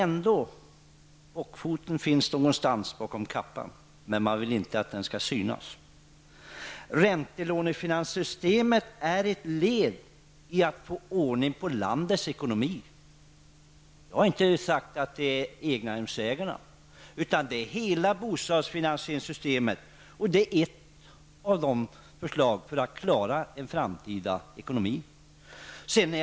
Bockfoten finns någonstans under kappan men man vill inte att den skall synas. Räntelånesystemet är ett led i att få ordning på landets ekonomi. Jag har inte sagt att det är egnahemsägarna som skall svara för det, utan det är hela bostadsfinansieringssystemet. Det här är en av åtgärderna för att klara av den framtida ekonomin.